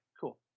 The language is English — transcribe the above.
cool